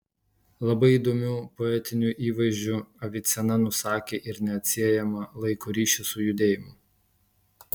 labai įdomiu poetiniu įvaizdžiu avicena nusakė ir neatsiejamą laiko ryšį su judėjimu